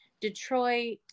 Detroit